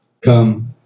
come